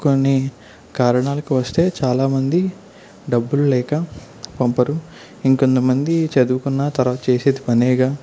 కొన్ని కారణాలుకొస్తే చాలామంది డబ్బులు లేక పంపరు ఇంకొంతమంది చదువుకున్న తర్వాత చేసేది పనేగా